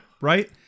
Right